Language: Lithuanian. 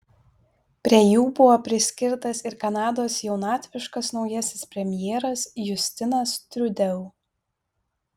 prie jų buvo priskirtas ir kanados jaunatviškas naujasis premjeras justinas trudeau